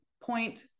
point